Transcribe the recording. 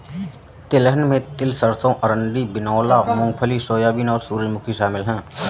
तिलहन में तिल सरसों अरंडी बिनौला मूँगफली सोयाबीन और सूरजमुखी शामिल है